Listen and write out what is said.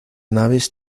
naves